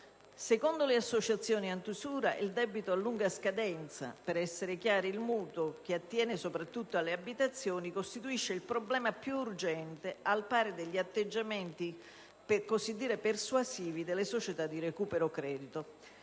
Secondo le associazioni antiusura, il debito a lunga scadenza, per essere chiari il mutuo, che attiene soprattutto alle abitazioni, costituisce il problema più urgente, al pari degli atteggiamenti persuasivi delle società di recupero credito.